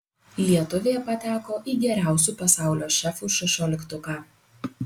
lietuvė pateko į geriausių pasaulio šefų šešioliktuką